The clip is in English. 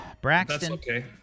Braxton